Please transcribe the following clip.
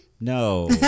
No